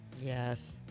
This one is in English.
Yes